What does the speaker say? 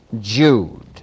Jude